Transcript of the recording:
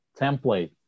template